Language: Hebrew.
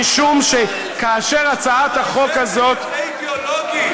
משום שכאשר הצעת החוק הזאת אתה עושה את זה כזה אידיאולוגי.